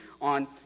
on